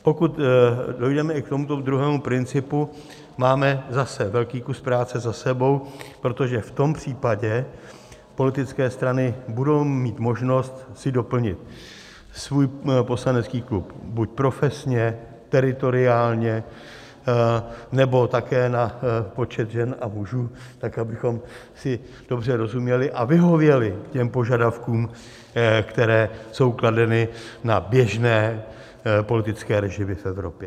Pokud dojdeme i k tomuto druhému principu, máme zase velký kus práce za sebou, protože v tom případě politické strany budou mít možnost si doplnit svůj poslanecký klub buď profesně, teritoriálně, nebo také na počet žen a mužů tak, abychom si dobře rozuměli a vyhověli požadavkům, které jsou kladeny na běžné politické režimy v Evropě.